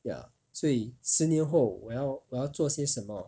ya 所以十年后我要我要做些什么